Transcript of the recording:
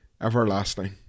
everlasting